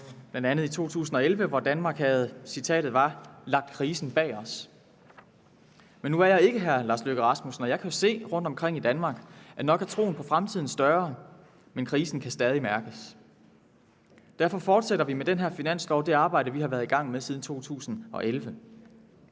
var bl.a. i 2011, hvor vi i Danmark havde, og jeg citerer: lagt krisen bag os. Men nu er jeg ikke hr. Lars Løkke Rasmussen, og jeg kan se rundtomkring i Danmark, at nok er troen på fremtiden blevet større, men krisen kan stadig mærkes. Derfor fortsætter vi med den her finanslov det arbejde, vi har været i gang med siden 2011.